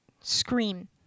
Scream